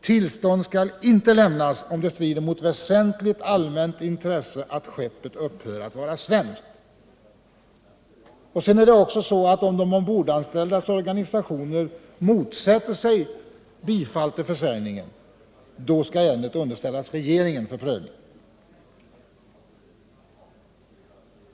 Tillstånd skall inte lämnas, om det strider mot väsentligt allmänt intresse att skeppet upphör att vara svenskt.” Vidare är det så, att om de ombordanställdas organisationer motsätter sig bifall till försäljningen, skall ärendet underställas regeringen för prövning.